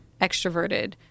extroverted